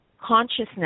consciousness